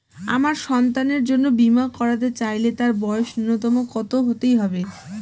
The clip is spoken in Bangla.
আমার সন্তানের জন্য বীমা করাতে চাইলে তার বয়স ন্যুনতম কত হতেই হবে?